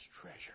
treasure